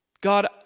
God